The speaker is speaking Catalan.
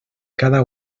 cada